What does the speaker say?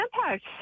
impact